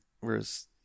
whereas